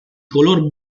color